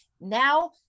Now